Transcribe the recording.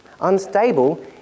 unstable